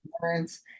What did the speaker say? parents